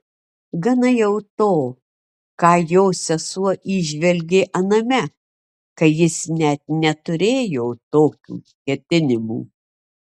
gana jau to ką jo sesuo įžvelgė aname kai jis net neturėjo tokių ketinimų